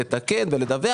לתקן ולדווח,